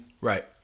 Right